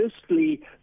firstly